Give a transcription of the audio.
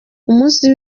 umunsi